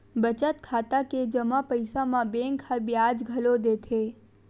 बचत खाता के जमा पइसा म बेंक ह बियाज घलो देथे